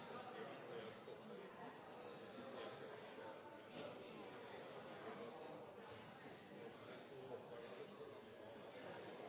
statsråd Solheim i